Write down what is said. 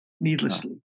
needlessly